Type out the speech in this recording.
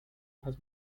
has